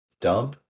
dump